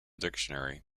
dictionary